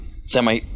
semi